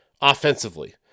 offensively